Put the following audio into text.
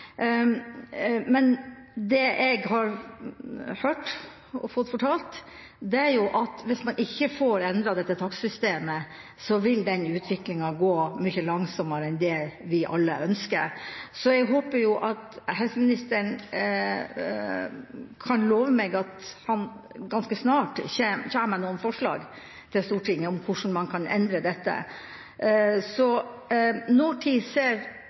Men det jeg har hørt og blitt fortalt, er at hvis man ikke får endret dette takstsystemet, vil denne utviklinga gå mye langsommere enn det vi alle ønsker. Så jeg håper at helseministeren kan love meg at han ganske snart kommer med noen forslag til Stortinget til hvordan man kan endre dette. Når ser